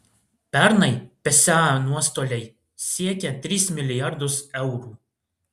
pernai psa nuostoliai siekė tris milijardus eurų